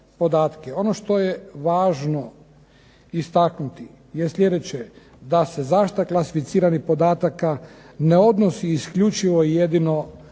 Ono što je važno istaknuti je slijedeće da se zaštita klasificiranih podataka ne odnosi isključivo i jedino